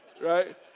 Right